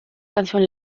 canción